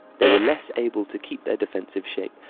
they were less able to keep their defensive shape,